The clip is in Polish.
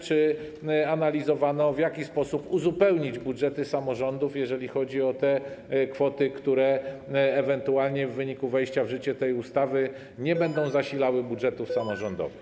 Czy analizowano, w jaki sposób uzupełnić budżety samorządów, jeżeli chodzi o te kwoty, które ewentualnie w wyniku wejścia w życie tej ustawy nie będą zasilały budżetów samorządowych?